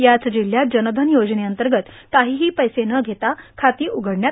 याच जिल्ह्यात जनधन योजनेंतर्गत काहीही पैसे न देता खाती उघडण्यात आली आहेत